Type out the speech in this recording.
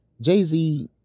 Jay-Z